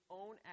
own